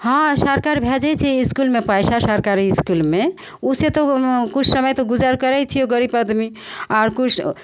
हँ सरकार भेजय छै इसकुलमे पैसा सरकारी इसकुलमे उ से तऽ किछु समय तऽ गुजर करय छै गरीब आदमी आर किछु